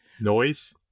Noise